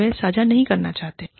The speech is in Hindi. वे इसे साझा नहीं करना चाहते हैं